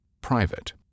Private